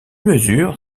mesures